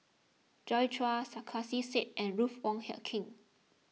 Joi Chua Sarkasi Said and Ruth Wong Hie King